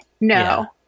No